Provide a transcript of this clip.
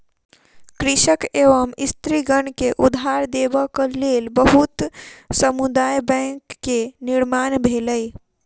कृषक एवं स्त्रीगण के उधार देबक लेल बहुत समुदाय बैंक के निर्माण भेलै